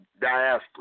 diaspora